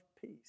Peace